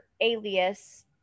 alias